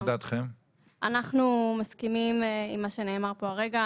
אנחנו מסכימים עם מה שנאמר פה הרגע,